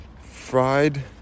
fried